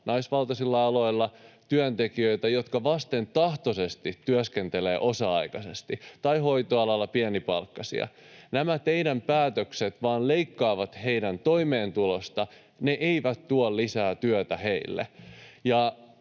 naisvaltaisilla aloilla työntekijöitä, jotka vastentahtoisesti työskentelevät osa-aikaisesti, tai hoitoalalla pienipalkkaisia. Nämä teidän päätöksenne vain leikkaavat heidän toimeentulostaan, ne eivät tuo lisää työtä heille.